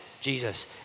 Jesus